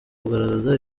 kugaragaza